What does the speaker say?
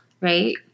right